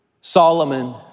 Solomon